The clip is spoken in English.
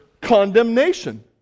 condemnation